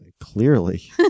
clearly